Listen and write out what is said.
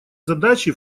задачи